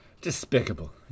Despicable